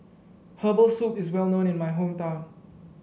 Herbal Soup is well known in my hometown